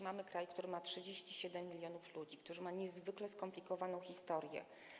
Mamy kraj, który ma 37 mln ludzi, który ma niezwykle skomplikowaną historię.